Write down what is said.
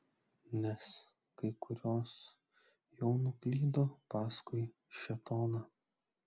nes kai kurios jau nuklydo paskui šėtoną